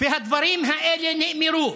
והדברים האלה נאמרו.